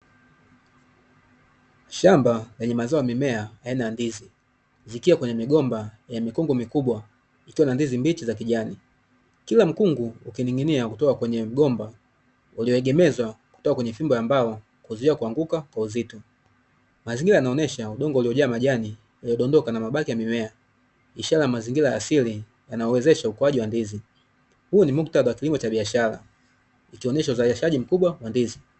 Shamba lenye mazao ya mimea aina ya ndizi, zikiwa kwenye migomba ya mikungu mikubwa. Ikiwa na ndizi mbichi za kijani, kila mkungu ukining'inia kutoka kwenye mgomba ulioegemezwa kutoka kwenye fimba ya mbao kuzuia kuanguka kwa uzito. Mazingira yanaonyesha udongo uliojaa majani yaliyodondoka na mabaki ya mimea. Ishara ya mazingira ya asili yanaowezesha ukuaji wa ndizi. Huu ni muktadha wa kilimo cha biashara, ikionyesha zao la shaji kubwa wa ndizi.